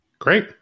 Great